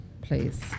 please